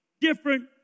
different